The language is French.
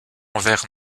envers